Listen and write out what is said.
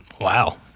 Wow